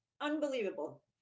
unbelievable